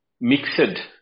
mixed